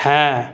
হ্যাঁ